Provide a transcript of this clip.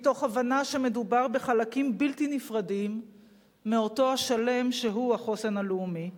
מתוך הבנה שמדובר בחלקים בלתי נפרדים מאותו השלם שהוא החוסן הלאומי,